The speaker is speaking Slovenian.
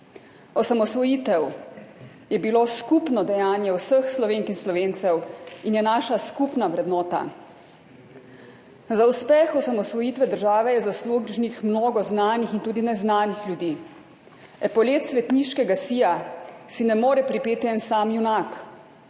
Osamosvojitev je bilo skupno dejanje vseh Slovenk in Slovencev in je naša skupna vrednota. Za uspeh osamosvojitve države je zaslužnih mnogo znanih in tudi neznanih ljudi. Epolete svetniškega sija si ne more pripeti en sam junak.